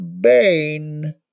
Bane